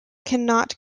cannot